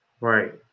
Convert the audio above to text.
Right